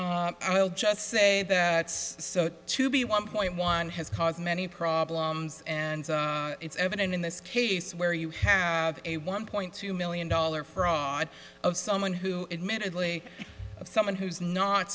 max i'll just say that so to be one point one has caused many problems and it's evident in this case where you have a one point two million dollar fraud of someone who admittedly of someone who's not